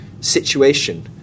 situation